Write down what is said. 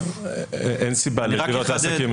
אין סיבה לדירות לעסקים.